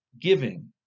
giving